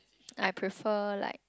I prefer like